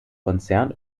konzern